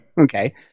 Okay